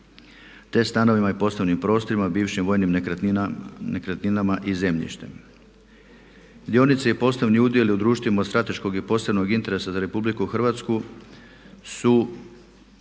te stanovima i poslovnim prostorima, bivšim vojnim nekretninama i zemljištem. Dionice i poslovni udjeli u društvima od strateškog je i posebnog interesa za RH su